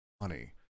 money